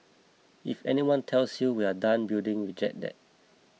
if anyone tells you we're done building reject that